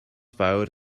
fawr